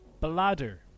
Bladder